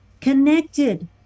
connected